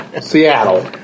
Seattle